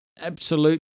absolute